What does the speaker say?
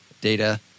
data